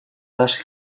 наших